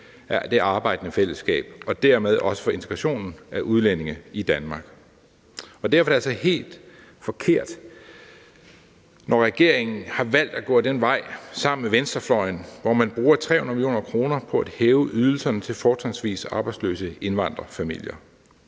af det arbejdende fællesskab og dermed også for integrationen af udlændinge i Danmark. Derfor er det altså helt forkert, når regeringen har valgt at gå ad den vej sammen med venstrefløjen, hvor man bruger 300 mio. kr. på at hæve ydelserne til fortrinsvis arbejdsløse indvandrerfamilier.